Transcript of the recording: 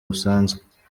busanzwe